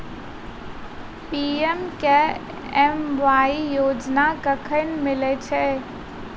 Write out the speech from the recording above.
PMKMY योजना कखन मिलय छै?